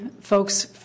folks